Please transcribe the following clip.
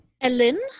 Ellen